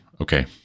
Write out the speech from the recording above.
okay